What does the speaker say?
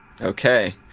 Okay